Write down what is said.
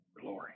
Glory